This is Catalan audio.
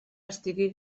estigui